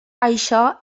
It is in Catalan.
això